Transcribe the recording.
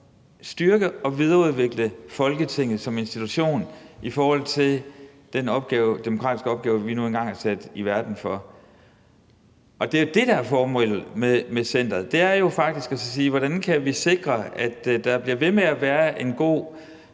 styrke og videreudvikle Folketinget som institution i forhold til den demokratiske opgave, vi nu engang er sat i verden for at varetage. Det, der er formålet med centeret, er jo faktisk at drøfte: Hvordan kan vi sikre, at der bliver ved med at være en god